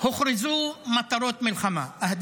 הוכרזו מטרות מלחמה, (בערבית: